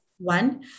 One